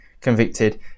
convicted